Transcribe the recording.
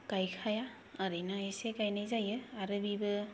गायखाया ओरैनो इसे गायनाय जायो आरो बिबो